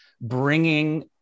bringing